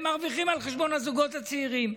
הם מרוויחים על חשבון הזוגות הצעירים.